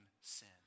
sin